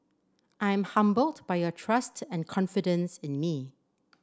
I am humbled by your trust and confidence in me